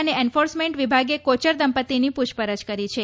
અને એન્ફોર્સમેન્ટ વિભાગે કોચર દંપતીની પૂછપરછ કરી છે